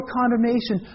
condemnation